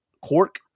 cork